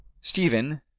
stephen